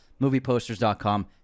movieposters.com